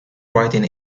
writing